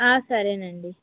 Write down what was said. ఆ సరే అండి